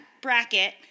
bracket